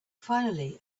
finally